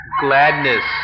Gladness